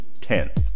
Tenth